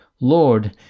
Lord